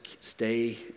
stay